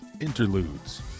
Interludes